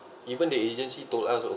even the agency told us